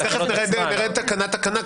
תיכף נראה תקנה תקנה,